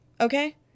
okay